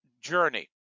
journey